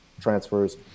transfers